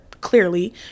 clearly